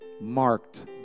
marked